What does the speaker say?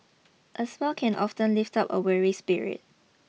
a smile can often lift up a weary spirit